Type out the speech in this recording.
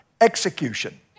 execution